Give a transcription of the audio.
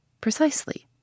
Precisely